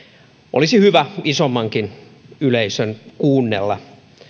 olisi hyvä isommankin yleisön kuunnella